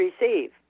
receive